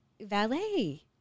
valet